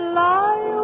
lie